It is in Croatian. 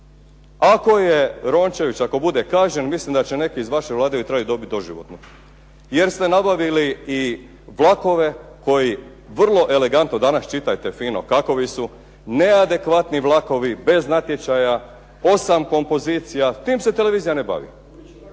Ako je Rončević ako bude kažnjen, mislim da će iz vaše Vlade ... dobiti doživotno. Jer ste nabavili i vlakove koji vrlo elegantno, danas čitajte fino kakovi su, neadekvatni vlakovi bez natječaja, osam kompozicija, tim se televizija ne bavi.